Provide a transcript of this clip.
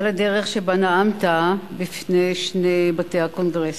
על הדרך שבה נאמת בפני שני בתי הקונגרס.